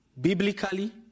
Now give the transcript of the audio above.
Biblically